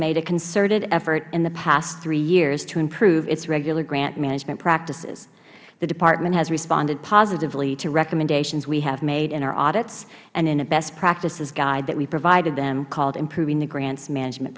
made a concerted effort in the past three years to improve its regular grant management practices the department has responded positively to recommendations we have made in our audits and in a best practices guide that we provided them called improving the grants management